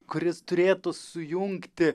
kuris turėtų sujungti